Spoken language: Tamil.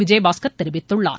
விஜயபாஸ்கர் தெரிவித்துள்ளார்